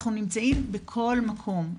אנחנו נמצאים בכל מקום.